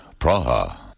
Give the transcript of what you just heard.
Praha